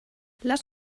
lass